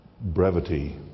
brevity